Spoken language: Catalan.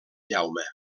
jaume